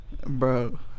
Bro